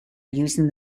using